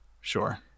Sure